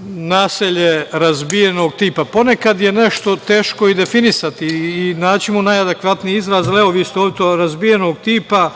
naselje razbijenog tipa. Ponekad je nešto teško i definisati i naći mu najadekvatniji izraz, ali evo, vi ste ovde to - razbijenog tipa,